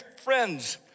friends